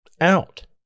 out